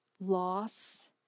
loss